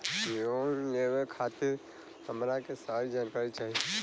Loan लेवे खातीर हमरा के सारी जानकारी चाही?